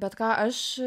bet ką aš